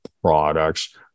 Products